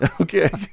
Okay